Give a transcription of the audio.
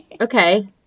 okay